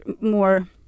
more